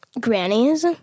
Grannies